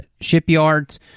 shipyards